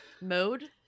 mode